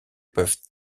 peuvent